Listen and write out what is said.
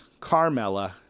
Carmella